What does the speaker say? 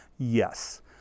Yes